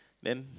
then